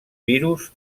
virus